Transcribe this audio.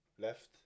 left